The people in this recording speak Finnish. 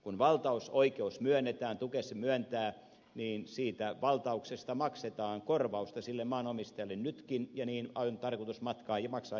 kun valtausoikeus myönnetään tukes sen myöntää niin siitä valtauksesta maksetaan korvausta sille maanomistajalle nytkin ja niin on tarkoitus maksaa jatkossakin